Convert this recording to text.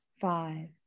five